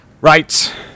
Right